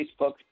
Facebook